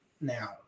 now